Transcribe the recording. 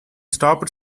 stopped